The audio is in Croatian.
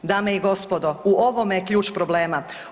Dame i gospodo u ovome je ključ problema.